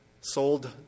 sold